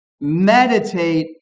meditate